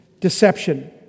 deception